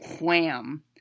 Wham